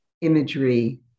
imagery